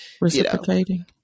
reciprocating